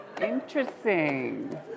Interesting